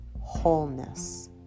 wholeness